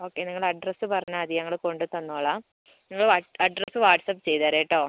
ഒക്കെ നിങ്ങളുടെ അഡ്രസ്സ് പറഞ്ഞാൽ മതി ഞങ്ങൾ കൊണ്ടുത്തന്നോള്ളാം നിങ്ങളുടെ അഡ്രസ് വാട്സ്ആപ്പ് ചെയ്തേര് കേട്ടോ